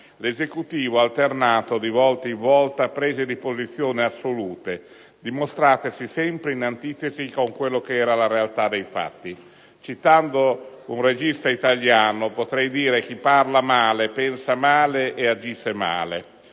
l'Esecutivo ha alternato, di volta in volta, prese di posizione assolute dimostratesi sempre in antitesi con quella che era la realtà dei fatti. Citando un famoso regista italiano potrei dire che: chi parla male, pensa male e, aggiungo,